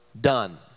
done